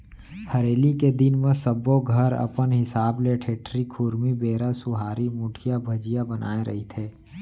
हरेली के दिन म सब्बो घर अपन हिसाब ले ठेठरी, खुरमी, बेरा, सुहारी, मुठिया, भजिया बनाए रहिथे